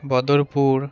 Badarpur